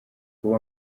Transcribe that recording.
kuba